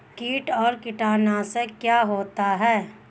कीट और कीटनाशक क्या होते हैं?